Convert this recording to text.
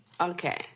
Okay